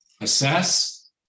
assess